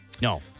No